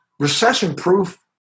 Recession-proof